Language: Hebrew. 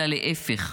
אלא להפך.